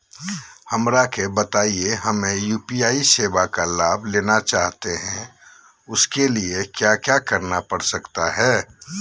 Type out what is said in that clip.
हमरा के बताइए हमें यू.पी.आई सेवा का लाभ लेना चाहते हैं उसके लिए क्या क्या करना पड़ सकता है?